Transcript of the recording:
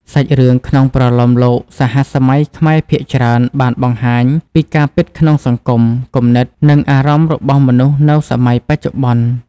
សាច់រឿងក្នុងប្រលោមលោកសហសម័យខ្មែរភាគច្រើនបានបង្ហាញពីការពិតក្នុងសង្គម គំនិត និងអារម្មណ៍របស់មនុស្សនៅសម័យបច្ចុប្បន្ន។